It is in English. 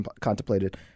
contemplated